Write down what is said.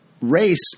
race